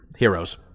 heroes